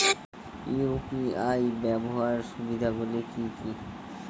UPI ব্যাবহার সুবিধাগুলি কি কি?